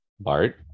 Bart